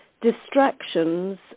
Distractions